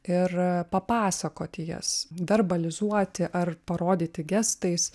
ir papasakoti jas verbalizuoti ar parodyti gestais